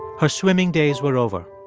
her swimming days were over.